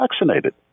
vaccinated